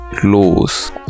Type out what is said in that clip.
close